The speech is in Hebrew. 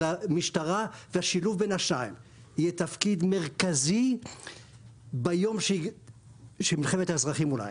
למשטרה ולשילוב בין השניים יהיה תפקיד מרכזי ביום שמלחמת האזרחים אולי